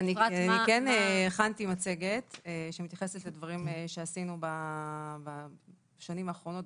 הכנתי מצגת שמתייחסת לדברים שעשינו בשנים האחרונות.